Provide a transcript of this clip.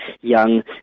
young